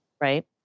right